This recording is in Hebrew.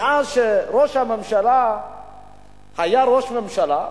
מאז שראש הממשלה היה ראש ממשלה,